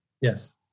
Yes